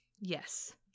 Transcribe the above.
yes